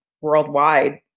worldwide